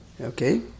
Okay